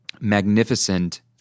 magnificent